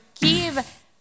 give